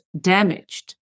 damaged